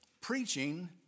preaching